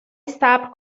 صبر